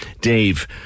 Dave